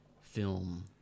film